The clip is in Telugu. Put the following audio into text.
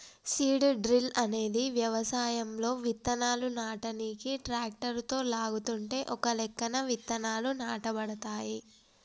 సీడ్ డ్రిల్ అనేది వ్యవసాయంలో విత్తనాలు నాటనీకి ట్రాక్టరుతో లాగుతుంటే ఒకలెక్కన విత్తనాలు నాటబడతాయి